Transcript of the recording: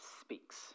speaks